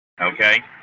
Okay